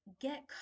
get